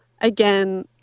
again